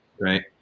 right